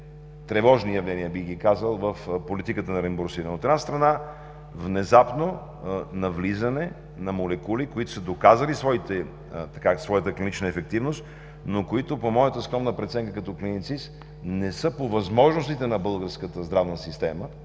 тревожни явления, бих казал, в политиката на реимбурсиране. От една страна, внезапното навлизане на молекули, които са доказали своята клинична ефективност, но които, по скромната ми преценка на клиницист, не са по възможностите на българската здравна система